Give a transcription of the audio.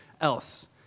else